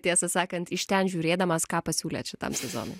tiesą sakant iš ten žiūrėdamas ką pasiūlėt šitam sezonui